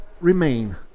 remain